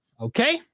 Okay